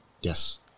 Yes